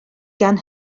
gan